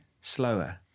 slower